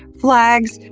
flags,